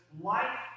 life